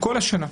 בכל השנה.